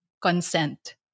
consent